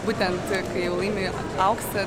būtent kai laimi auksą